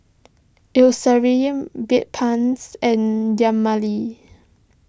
Eucerin Bedpans and Dermale